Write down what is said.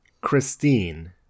christine